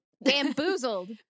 Bamboozled